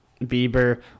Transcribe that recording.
Bieber